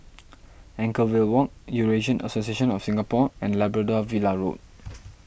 Anchorvale Walk Eurasian Association of Singapore and Labrador Villa Road